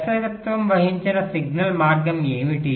దర్శకత్వం వహించిన సిగ్నల్ మార్గం ఏమిటి